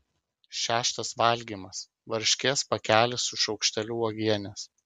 šeštas valgymas varškės pakelis su šaukšteliu uogienės